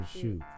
shoot